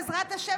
בעזרת ה',